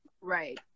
Right